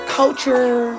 culture